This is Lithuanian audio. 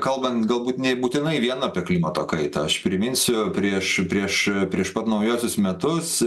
kalbant galbūt nebūtinai vien apie klimato kaitą aš priminsiu prieš prieš prieš pat naujuosius metus